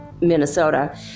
Minnesota